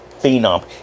phenom